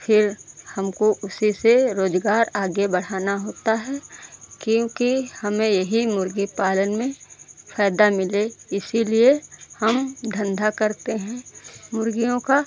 फिर हमको उसी से रोजगार आगे बढ़ाना होता है क्योंकि हमें यही मुर्गी पालन में फ़ायदा मिले इसीलिए हम धंधा करते हैं मुर्गियों का